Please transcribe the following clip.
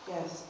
Yes